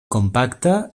compacta